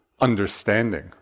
understanding